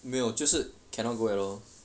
没有就是 cannot go at all